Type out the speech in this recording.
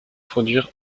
produire